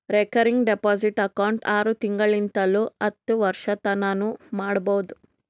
recurring deposit account ಆರು ತಿಂಗಳಿಂತ್ ಹತ್ತು ವರ್ಷತನಾನೂ ಮಾಡ್ಬೋದು